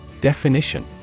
Definition